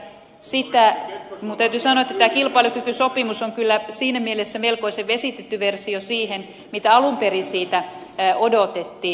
minun täytyy sanoa että tämä kilpailukykysopimus on kyllä siinä mielessä melkoisen vesitetty versio siihen nähden mitä alun perin siitä odotettiin